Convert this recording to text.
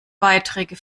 beiträge